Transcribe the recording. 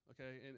okay